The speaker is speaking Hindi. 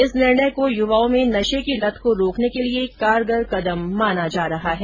इस निर्णय को युवाओं में नशे की लत को रोकने के लिये कारगर कदम माना जा रहा है